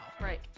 right